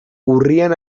urrian